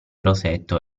rosetto